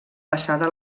passada